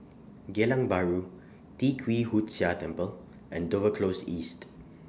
Geylang Bahru Tee Kwee Hood Sia Temple and Dover Close East